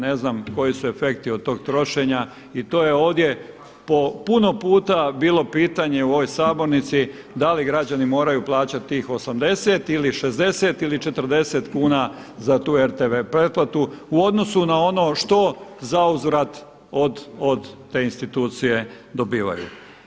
Ne znam koji su efekti od tog trošenja i to je ovdje po puno puta bilo pitanje u ovoj sabornici da li građani moraju plaćati tih 80 ili 60 ili 40 kuna za tu RTV pretplatu u odnosu na ono što zauzvrat od te institucije dobivaju.